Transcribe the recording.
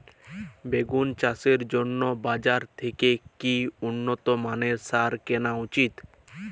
বেগুন চাষের জন্য বাজার থেকে কি উন্নত মানের সার কিনা উচিৎ?